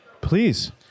please